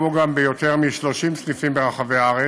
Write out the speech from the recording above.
כמו גם ביותר מ-30 סניפים ברחבי הארץ,